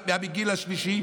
מהגיל השלישי,